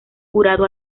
curado